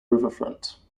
riverfront